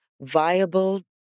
viable